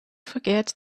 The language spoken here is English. forget